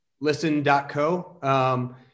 listen.co